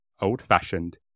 old-fashioned